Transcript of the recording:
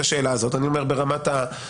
השאלה הזאת ואני אומר זאת ברמת ההקצנה.